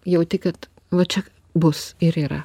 jauti kad va čia bus ir yra